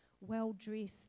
well-dressed